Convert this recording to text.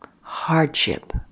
hardship